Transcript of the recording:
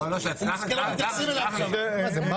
- מה